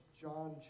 John